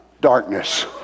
Darkness